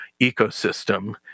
ecosystem